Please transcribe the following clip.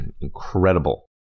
incredible